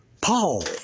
Paul